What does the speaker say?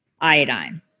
iodine